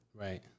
right